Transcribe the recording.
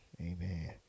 amen